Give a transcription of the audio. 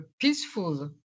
peaceful